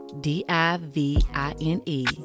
D-I-V-I-N-E